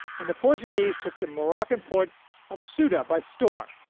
when the portuguese took the moroccan port of so ceuta by storm,